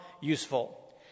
useful